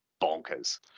bonkers